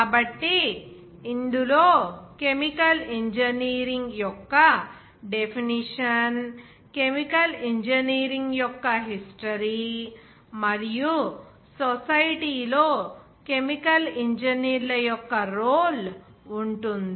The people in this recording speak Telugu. కాబట్టి ఇందులో కెమికల్ ఇంజనీరింగ్ యొక్క డెఫినిషన్ కెమికల్ ఇంజనీరింగ్ యొక్క హిస్టరీ మరియు సొసైటీ లో కెమికల్ ఇంజనీర్ల యొక్క రోల్ ఉంటుంది